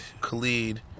Khalid